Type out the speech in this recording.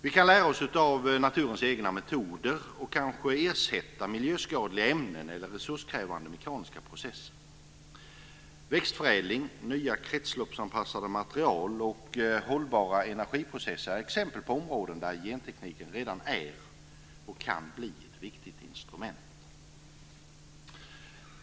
Vi kan lära oss av naturens egna metoder och kanske ersätta miljöskadliga ämnen eller resurskrävande mekaniska processer. Växtförädling, nya kretsloppsanpassade material och hållbara energiprocesser är exempel på områden där gentekniken redan är och kan bli ett viktigt instrument.